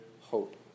hope